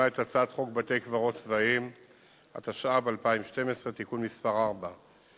את הצעת חוק בתי-קברות צבאיים (תיקון מס' 4),